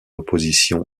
opposition